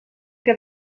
que